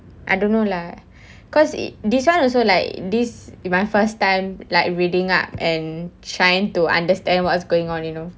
I don't know lah because it this [one] also like this is my first time like reading up and trying to understand what's going on you know